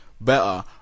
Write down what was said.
better